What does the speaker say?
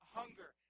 hunger